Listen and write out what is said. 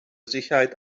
sicherheit